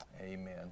amen